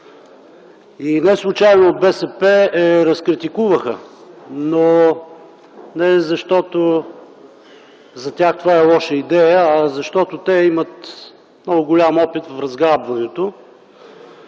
Неслучайно от БСП я разкритикуваха, но не защото за тях това е лоша идея, а защото имат много голям опит в разграбването